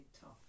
tough